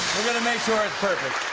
they're gonna make sure it's perfect.